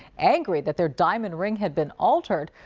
angry that their diamond ring had been altered,